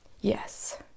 yes